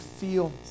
feel